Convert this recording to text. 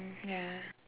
mm ya